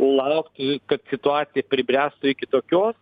laukt kad situacija pribręstų iki tokios